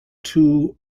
two